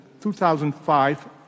2005